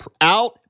Out